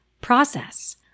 process